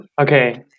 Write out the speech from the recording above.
okay